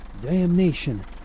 Damnation